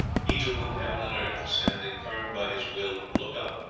he to whom heaven and earth, standing firm by his will, look up,